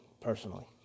personally